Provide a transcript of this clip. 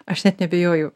aš net neabejoju